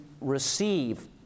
receive